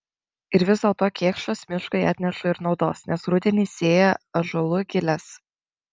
ir vis dėlto kėkštas miškui atneša ir naudos nes rudenį sėja ąžuolų giles